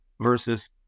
versus